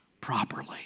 properly